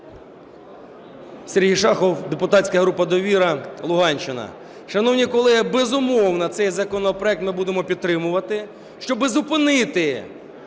Сергій Шахов, депутатська група "Довіра", Луганщина. Шановні колеги, безумовно, цей законопроект ми будемо підтримувати, щоб зупинити